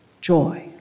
joy